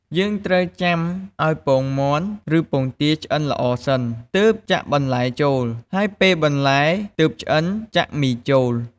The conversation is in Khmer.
យើងត្រូវចាំឱ្យពងមាន់ ឬពងទាឆ្អិនល្អសិន ទើបចាក់បន្លែចូល ហើយពេលបន្លែ ទើបឆ្អិនចាក់មីចូល។